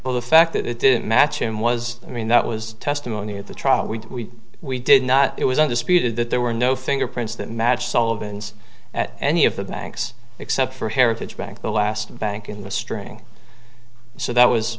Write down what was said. but the fact that it didn't match him was i mean that was testimony at the trial we we did not it was undisputed that there were no fingerprints that match sullivans at any of the banks except for heritage bank the last bank in the string so that was